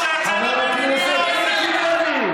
חבר הכנסת מיקי לוי.